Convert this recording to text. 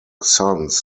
sons